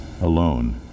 alone